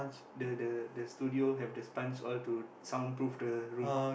the the the studio have the sponge all to soundproof the room